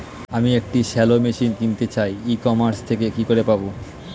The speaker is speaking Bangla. আমি একটি শ্যালো মেশিন কিনতে চাই ই কমার্স থেকে কি করে পাবো?